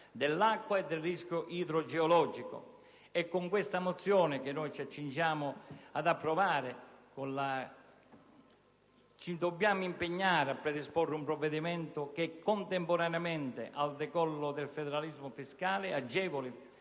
dell'acqua e del rischio idrogeologico. Con la mozione che ci accingiamo ad approvare impegniamo il Governo a predisporre un provvedimento che, contemporaneamente al decollo del federalismo fiscale, agevoli